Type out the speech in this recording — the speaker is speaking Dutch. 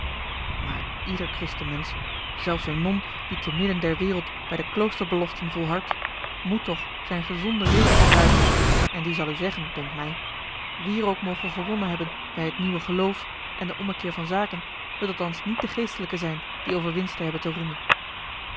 maar ieder christenmensch zelfs eene non die te midden der wereld bij de kloosterbeloften volhardt moet toch zijne gezonde rede gebruiken en die zal u zeggen dunkt mij wie er ook moge gewonnen hebben bij t nieuwe geloof en de ommekeer van zaken het althans niet de geestelijken zijn die over winste hebben te roemen